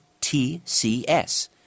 TCS